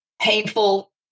painful